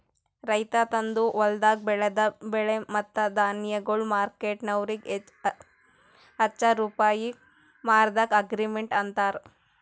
ರೈತ ತಂದು ಹೊಲ್ದಾಗ್ ಬೆಳದ ಬೆಳೆ ಮತ್ತ ಧಾನ್ಯಗೊಳ್ ಮಾರ್ಕೆಟ್ದವನಿಗ್ ಹಚ್ಚಾ ರೂಪಾಯಿಗ್ ಮಾರದ್ಕ ಅಗ್ರಿಮಾರ್ಕೆಟ್ ಅಂತಾರ